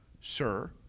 sir